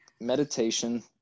Meditation